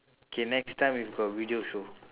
okay next time if got video show